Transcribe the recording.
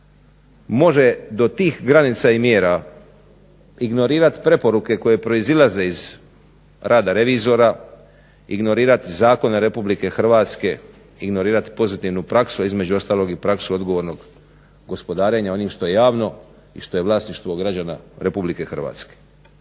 može do tih granica i mjera ignorirati preporuke koje proizilaze iz rada revizora, ignorirati zakone Republike Hrvatske, ignorirati pozitivnu praksu, a između ostalog i praksu odgovornog gospodarenja onim što je javno i što je vlasništvo građana Republike Hrvatske.